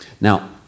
Now